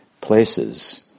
places